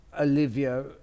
Olivia